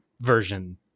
version